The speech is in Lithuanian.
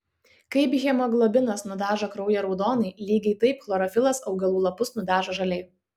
kaip hemoglobinas nudažo kraują raudonai lygiai taip chlorofilas augalų lapus nudažo žaliai